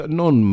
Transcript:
non